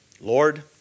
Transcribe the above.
Lord